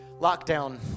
lockdown